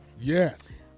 Yes